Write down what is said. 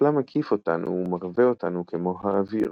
המופלא מקיף אותנו ומרווה אותנו כמו האוויר,